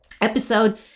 episode